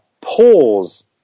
pause